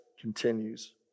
continues